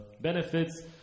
benefits